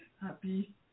Happy